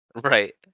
Right